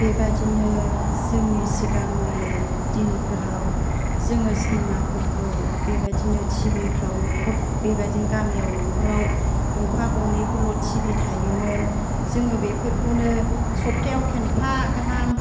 बेबायदिनो जोंनि सिगांनि दिनफोराव जोङो सिनिमाफोरखौ बेबायदिनो टि भिफ्राव नख'र बेबायदिनो गामियाव नख'राव गंफा गंनैफोरल' टि भि थायोमोन जोङो बेफोरखौनो सपथायाव खेबफा गाहाम